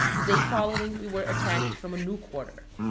the day following we were attacked from a new quarter.